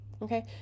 okay